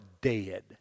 dead